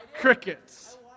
Crickets